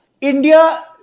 India